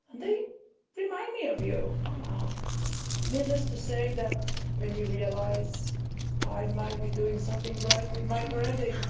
and they remind me of you aww needless to say, that made me realize i might be doing something right with my parenting.